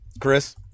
Chris